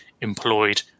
employed